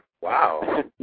wow